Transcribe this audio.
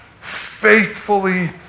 faithfully